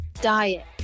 diet